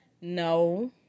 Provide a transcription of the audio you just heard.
No